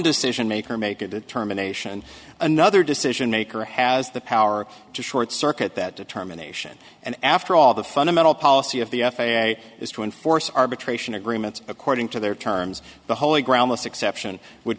decision maker make a determination another decision maker has the power to short circuit that determination and after all the fundamental policy of the f a a is to enforce arbitration agreements according to their terms the holy grail most exception would